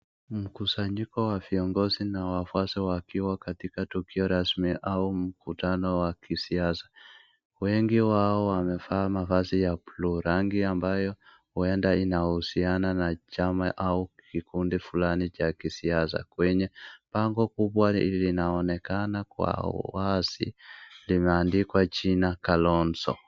Mkusanyiko wa viongozi na wafuasi wakiwa katika tukio rasmi au mkutano wa kisiasa. Wengi wao wamevaa mavazi ya buluu, rangi ambayo huenda inahusiana na chama au kikundi fulani cha kisiasa. Kwenye bango kubwa linaonekana kwa uwazi limeandikwa Kalonzo.